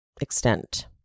extent